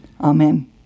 Amen